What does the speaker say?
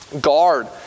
guard